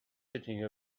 sitting